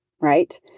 right